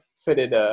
fitted